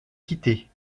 quitter